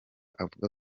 avuga